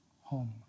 home